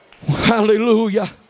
Hallelujah